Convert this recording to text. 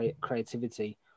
creativity